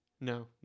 No